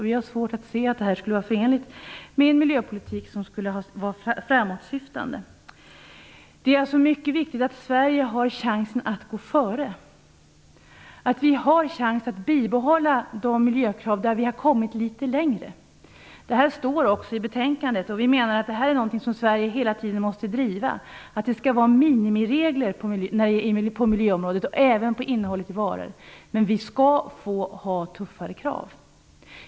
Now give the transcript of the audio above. Vi har svårt att se att det är förenligt med en framåtsyftande miljöpolitik. Det är alltså mycket viktigt att Sverige har chansen att gå före och att vi har chans att bibehålla våra miljökrav på de områden där vi har kommit litet längre. Det står också i betänkandet. Vi menar att Sverige hela tiden måste driva denna fråga. Det skall vara minimiregler på miljöområdet och även på innehållet i varor, men vi skall få ha tuffare krav.